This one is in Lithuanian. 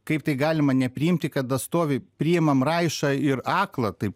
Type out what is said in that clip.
kaip tai galima nepriimti kada stovi priimam raišą ir aklą taip